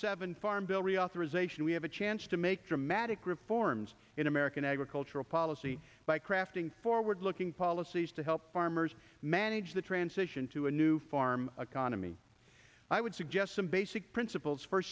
seven farm bill reauthorization we have a chance to make dramatic reforms in american agricultural policy by crafting forward looking policies to help farmers manage the transition to a new farm economy i would suggest some basic principles for